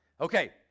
Okay